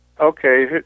okay